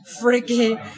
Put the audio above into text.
Freaky